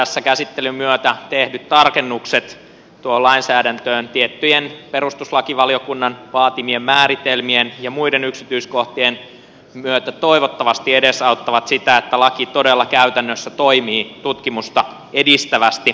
tässä käsittelyn myötä tehdyt tarkennukset tuohon lainsäädäntöön tiettyjen perustuslakivaliokunnan vaatimien määritelmien ja muiden yksityiskohtien myötä toivottavasti edesauttavat sitä että laki todella käytännössä toimii tutkimusta edistävästi